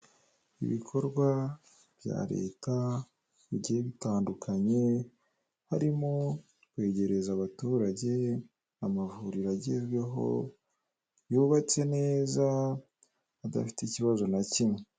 Ibikorwa bya leta bigiye bitandukanye harimo kwegereza abaturage amavuriro agezweho yubatse neza adafite ikibazo na kimwe.